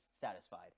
satisfied